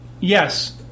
yes